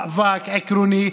מאבק עקרוני,